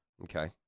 Okay